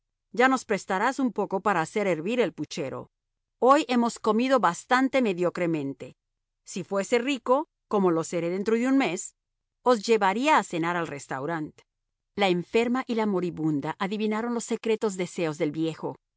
ya nos prestarás un poco para hacer hervir el puchero hoy hemos comido bastante mediocremente si fuese rico como lo seré dentro de un mes os llevaría a cenar al restaurant la enferma y la moribunda adivinaron los secretos deseos del viejo